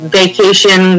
vacation